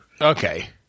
Okay